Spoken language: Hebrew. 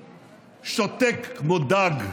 שותק כמו דג.